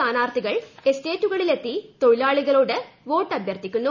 സ്ഥാനാർത്ഥികൾ എസ്റ്റേറ്റുകളില്ലിത്തി തൊഴിലാളികളോട് വോട്ടഭ്യർത്ഥിക്കുന്നു